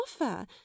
offer